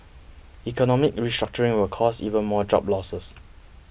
economic restructuring will cause even more job losses